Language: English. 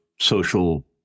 social